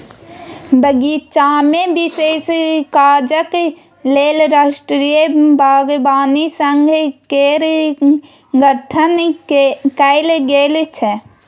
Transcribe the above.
बगीचामे विशेष काजक लेल राष्ट्रीय बागवानी संघ केर गठन कैल गेल छल